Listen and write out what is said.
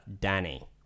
Danny